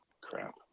crap